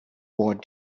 what